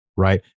right